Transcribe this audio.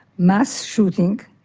mass shooting,